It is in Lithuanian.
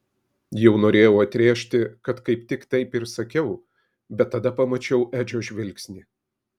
jau norėjau atrėžti kad kaip tik taip ir sakiau bet tada pamačiau edžio žvilgsnį